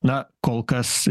na kol kas